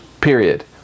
period